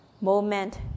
moment